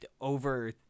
over